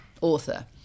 author